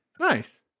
Nice